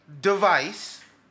device